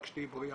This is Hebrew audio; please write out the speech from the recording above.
רק שתהיי בריאה.